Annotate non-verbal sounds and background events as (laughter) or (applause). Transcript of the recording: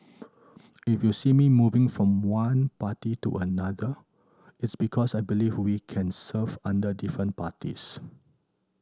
(noise) if you see me moving from one party to another it's because I believe we can serve under different parties